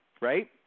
right